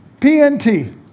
PNT